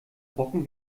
brocken